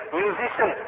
musician